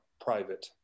private